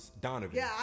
Donovan